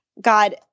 God